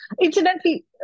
Incidentally